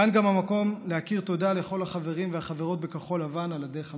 כאן גם המקום להכיר תודה לכל החברים והחברות בכחול לבן על הדרך המשותפת,